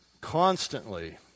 constantly